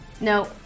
No